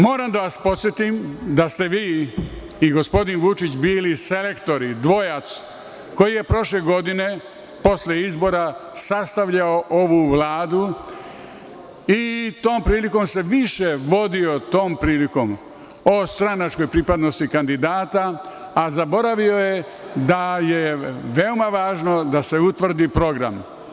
Moram da vas podsetim da ste vi i gospodin Vučić bili selektori, dvojac koji je prošle godine, posle izbora, sastavljao ovu vladu i tom prilikom se više vodio tom prilikom o stranačkoj pripadnosti kandidata, a zaboravio je da je veoma važno da se utvrdi program.